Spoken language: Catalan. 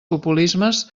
populismes